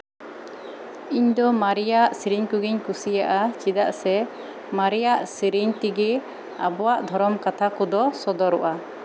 ᱤᱧ ᱫᱚ ᱢᱟᱨᱮᱭᱟᱜ ᱥᱤᱨᱤᱧ ᱠᱚᱜᱤᱧ ᱠᱩᱥᱤᱭᱟᱜᱼᱟ ᱪᱮᱫᱟᱜ ᱥᱮ ᱢᱟᱨᱮᱭᱟᱜ ᱥᱤᱨᱤᱧ ᱛᱮᱜᱮ ᱟᱵᱚᱣᱟᱜ ᱫᱷᱚᱨᱚᱢ ᱠᱟᱛᱷᱟ ᱠᱚᱫᱚ ᱥᱚᱫᱚᱨᱚᱜᱼᱟ